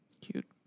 Cute